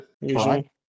usually